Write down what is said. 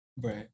Right